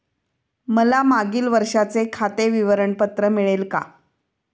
मला मागील वर्षाचे खाते विवरण पत्र मिळेल का?